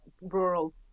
rural